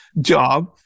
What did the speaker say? job